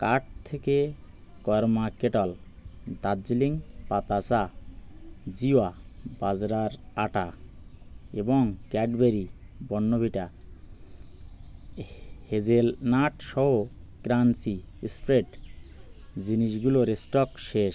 cart থেকে Karma Kettle Darjeeling পাতা চা জিওয়া বাজরার আটা এবং ক্যাডবেরি বনভিটা হেজেলনাটসহ ক্রাঞ্চি স্প্রেড জিনিসগুলোর স্টক শেষ